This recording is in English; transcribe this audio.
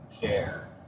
care